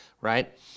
right